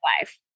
life